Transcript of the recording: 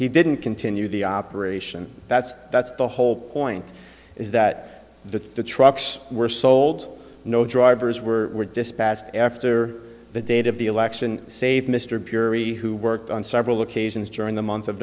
he didn't continue the operation that's that's the whole point is that the trucks were sold no drivers were dispatched after the date of the election saved mr burey who worked on several occasions during the month of